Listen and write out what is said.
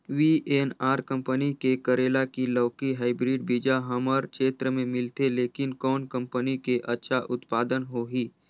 VNR company के करेला की लौकी हाईब्रिड बीजा हमर क्षेत्र मे मिलथे, लेकिन कौन कंपनी के अच्छा उत्पादन होही?